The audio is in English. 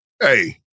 Hey